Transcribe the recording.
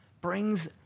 brings